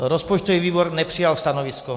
Rozpočtový výbor nepřijal stanovisko.